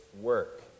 work